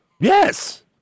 Yes